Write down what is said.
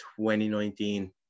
2019